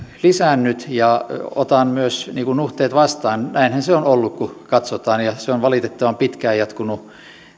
lisännyt ja otan myös nuhteet vastaan näinhän se on ollut kun katsotaan ja se on valitettavan pitkään jatkunut